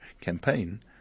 campaign